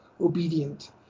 obedient